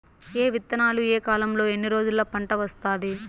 ఏ విత్తనాలు ఏ కాలంలో ఎన్ని రోజుల్లో పంట వస్తాది?